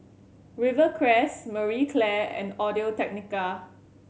Rivercrest Marie Claire and Audio Technica